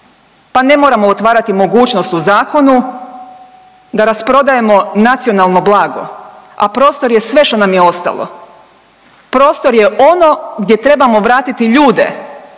pa ne moramo otvarati mogućnost u zakonu da rasprodajemo nacionalno blago, a prostor je sve što nam je ostalo, prostor je ono gdje trebamo vratiti ljude